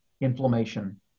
inflammation